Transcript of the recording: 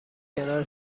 کنار